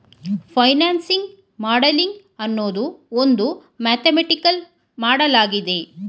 financing modelling ಅನ್ನೋದು ಒಂದು mathematical ಮಾಡಲಾಗಿದೆ